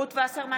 רות וסרמן